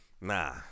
Nah